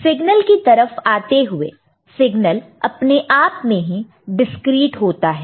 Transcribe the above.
signal की तरफ आते हुए सिग्नल अपने आप में डिस्क्रीट होता है